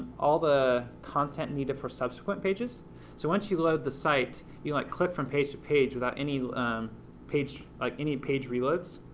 all the content needed for subsequent pages so once you load the site, you might like click from page to page without any page like any page reloads.